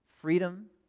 freedom